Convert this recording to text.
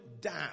down